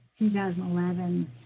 2011